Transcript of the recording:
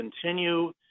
continue